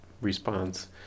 response